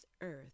earth